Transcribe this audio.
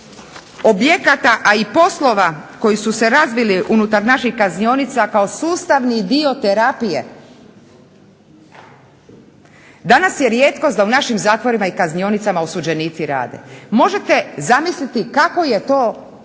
objekata a i poslova koji su se razvili unutar naših kaznionica kao sustavni dio terapije, danas je rijetkost da u našim zatvorima i kaznionicama osuđenici rade, možete zamisliti kako je tom